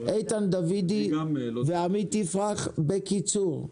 איתן דוידי ועמית יפרח, בקיצור.